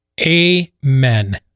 amen